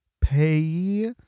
Pay